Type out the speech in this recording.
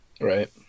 Right